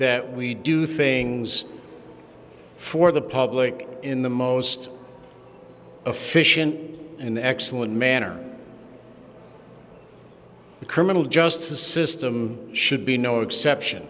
that we do things for the public in the most efficient an excellent manner the criminal justice system should be no exception